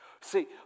See